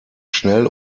schnell